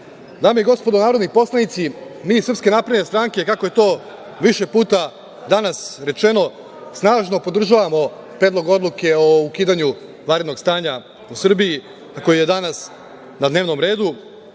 i gospodo narodni poslanici, mi iz SNS, kako je to više puta danas rečeno, snažno podržavamo Predlog odluke o ukidanju vanrednog stanja u Srbiji, koji je danas na dnevnom redu